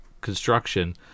construction